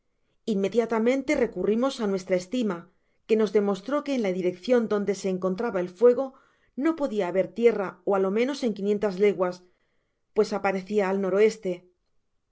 inmediatamente recurrimos á nuestra estima que nos demostró que en la direccion donde se encontraba el fuego no podia haber tierra á lo menos en quinientas leguas pues aparecía al o